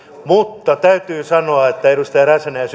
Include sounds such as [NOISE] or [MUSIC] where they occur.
mutta täytyy sanoa edustajat räsänen ja [UNINTELLIGIBLE]